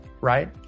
Right